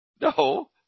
No